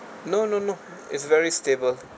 no no no it's very stable